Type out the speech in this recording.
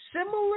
similar